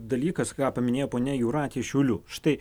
dalykas ką paminėjo ponia jūratė iš šiaulių štai